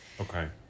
Okay